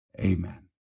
Amen